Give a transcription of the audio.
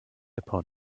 upon